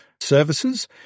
services